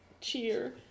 cheer